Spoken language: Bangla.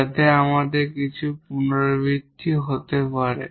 যাতে তাদের কিছু রিপিটেড হতে পারে